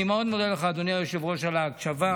אני מאוד מודה לך, אדוני היושב-ראש, על ההקשבה.